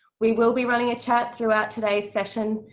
we will be running a chat throughout today's session,